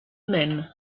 même